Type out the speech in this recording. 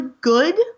good